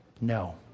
No